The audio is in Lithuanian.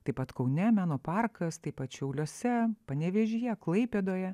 taip pat kaune meno parkas taip pat šiauliuose panevėžyje klaipėdoje